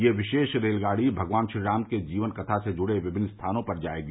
यह विशेष रेलगाड़ी भगवान श्रीराम के जीवन कथा से जुड़े विभिन्न स्थानों पर जायेगी